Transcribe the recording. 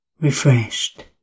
refreshed